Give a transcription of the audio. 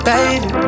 Baby